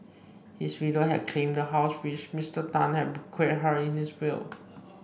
his widow had claimed the house which Mister Tan had bequeathed her in his will